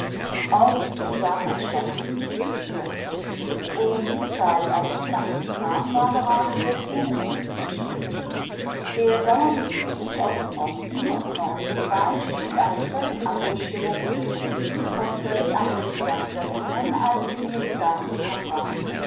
auch sie waren entschlossen sich durchzusetzen um die zeit als ich nach wien kam war gerade der zionismus im entstehen der dauernde zuzug aus dem osten und norden des reichs schuf eine völlig andere stimmung unter den juden und völlig andere zusammensetzungen als sie mir bis dahin bekannt waren